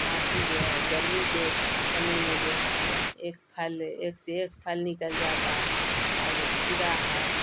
باقی جو ہے گرمی کے سمے میں جو ہے ایک پھل ایک سے ایک پھل نکل جاتا ہے اب کھیرا ہے